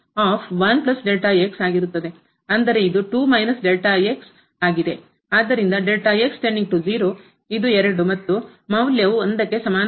ಆದ್ದರಿಂದ ಇದು ಮತ್ತು ಮೌಲ್ಯವು ಸಮಾನವಾಗಿರುತ್ತದೆ